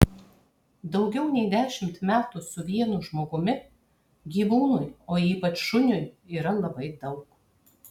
daugiau nei dešimt metų su vienu žmogumi gyvūnui o ypač šuniui yra labai daug